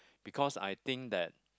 because I think that